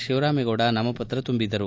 ಶಿವರಾಮೇಗೌಡ ನಾಮಪತ್ರ ತುಂಬಿದರು